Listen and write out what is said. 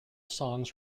songs